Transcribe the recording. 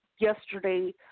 Yesterday